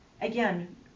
Again